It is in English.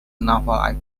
naval